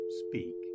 speak